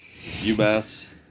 UMass